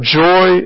joy